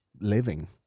living